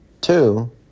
Two